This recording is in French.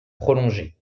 prolongée